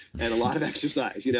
and a lot of exercise, yeah